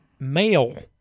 Male